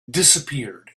disappeared